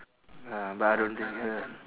uh but I don't think ya